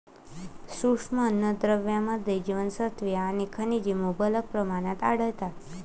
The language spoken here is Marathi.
सूक्ष्म अन्नद्रव्यांमध्ये जीवनसत्त्वे आणि खनिजे मुबलक प्रमाणात आढळतात